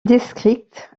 district